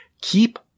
Keep